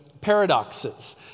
paradoxes